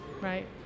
Right